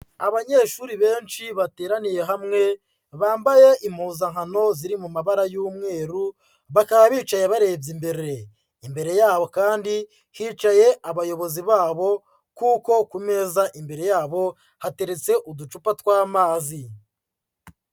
Abanyeshuri benshi bateraniye hamwe, bambaye impuzankano ziri mu mabara y'umweru, bakaba bicaye barebye imbere. Imbere yabo kandi hicaye abayobozi babo, kuko ku meza imbere yabo hateretse uducupa tw'amazi.